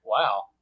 Wow